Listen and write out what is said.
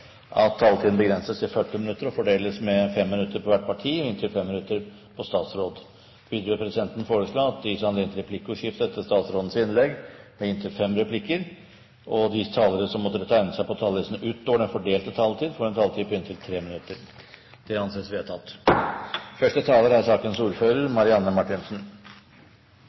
at taletiden begrenses til 40 minutter og fordeles med inntil 5 minutter til hvert parti og inntil 5 minutter til statsråden. Videre vil presidenten foreslå at det gis anledning til replikkordskifte på inntil fem replikker med svar etter innlegget fra statsråden innenfor den fordelte taletid. Videre blir det foreslått at de som måtte tegne seg på talerlisten utover den fordelte taletid, får en taletid på inntil 3 minutter. – Det anses vedtatt.